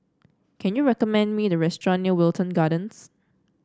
can you recommend me a restaurant near Wilton Gardens